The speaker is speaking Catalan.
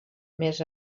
més